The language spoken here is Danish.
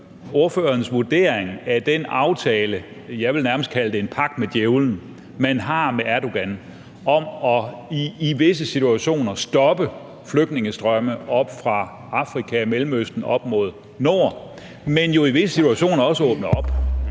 ordførerens vurdering af den aftale – jeg vil nærmest kalde det en pagt med Djævlen – man har med Erdogan om i visse situationer at stoppe flygtningestrømme fra Afrika og Mellemøsten op mod nord, men jo i visse situationer også åbne op.